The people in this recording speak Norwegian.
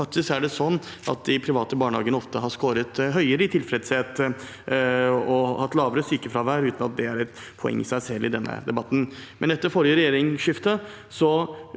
Faktisk er det sånn at de private barnehagene ofte har skåret høyere på tilfredshet og hatt lavere sykefravær, uten at det er et poeng i seg selv i denne debatten. Etter forrige regjeringsskifte